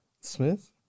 Smith